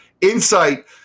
insight